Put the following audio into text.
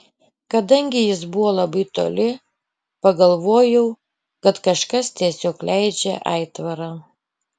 kadangi jis buvo labai toli pagalvojau kad kažkas tiesiog leidžia aitvarą